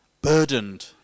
burdened